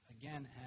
again